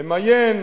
למיין,